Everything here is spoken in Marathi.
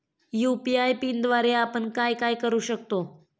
यू.पी.आय पिनद्वारे आपण काय काय करु शकतो?